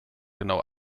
genau